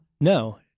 No